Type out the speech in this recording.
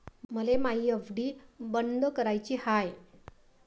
मले मायी एफ.डी बंद कराची हाय